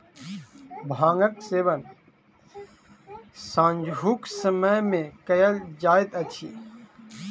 भांगक सेवन सांझुक समय मे कयल जाइत अछि